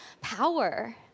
power